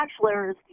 bachelor's